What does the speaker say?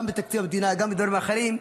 גם בתקציב המדינה וגם בדברים אחרים,